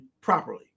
properly